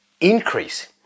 increase